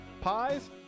pies